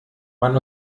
man